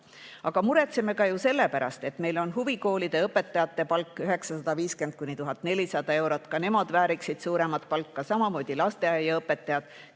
Aga muretseme ka ju selle pärast, et meil on huvikoolide õpetajate palk 950–1400 eurot. Ka nemad vääriksid suuremat palka. Samamoodi ei peaks lasteaiaõpetajad